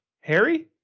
Harry